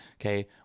Okay